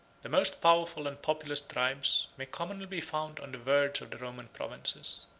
the most powerful and populous tribes may commonly be found on the verge of the roman provinces.